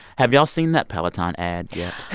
have y'all seen that peloton ad yeah